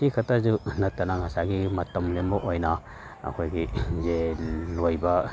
ꯁꯤ ꯈꯛꯇꯁꯨ ꯅꯠꯇꯅ ꯉꯁꯥꯏꯒꯤ ꯃꯇꯝ ꯂꯦꯟꯕ ꯑꯣꯏꯅ ꯑꯩꯈꯣꯏꯒꯤ ꯌꯦꯟ ꯂꯣꯏꯕ